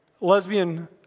lesbian